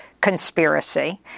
conspiracy